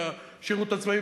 לשירות הצבאי.